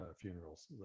funerals